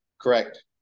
correct